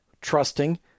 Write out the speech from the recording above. trusting